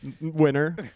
winner